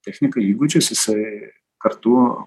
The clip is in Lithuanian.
techniką įgūdžius jisai kartu